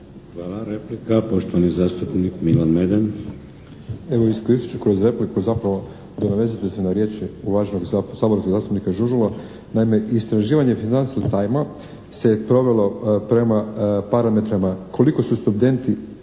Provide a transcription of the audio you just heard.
Hvala. Replika, poštovani zastupnik Milan Meden. **Meden, Milan (HDZ)** Evo uz kritičku repliku zapravo nadovezat ću se na riječi uvaženog saborskog zastupnika Žužula. Naime, istraživanje …/Govornik se ne razumije./… se provelo prema parametrima koliko su studenti